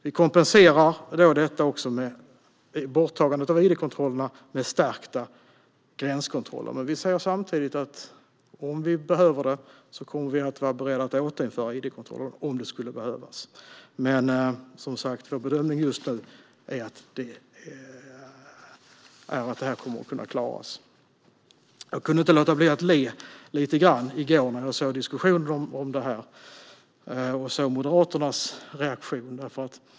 Vi kompenserar borttagandet av id-kontrollerna med stärkta gränskontroller, men vi säger samtidigt att om det skulle behövas kommer vi att vara beredda att återinföra id-kontroller. Vår bedömning är dock just nu att det här kommer att kunna klaras. Jag kunde inte låta bli att le lite grann i går när jag hörde diskussioner om detta och Moderaternas reaktion.